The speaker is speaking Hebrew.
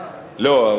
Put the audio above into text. לא,